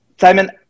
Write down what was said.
Simon